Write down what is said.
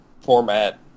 format